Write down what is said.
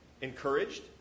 encouraged